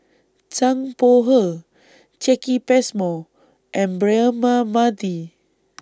Zhang Bohe Jacki Passmore and Braema Mathi